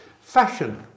Fashion